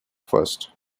first